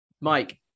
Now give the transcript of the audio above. Mike